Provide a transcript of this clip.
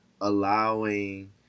allowing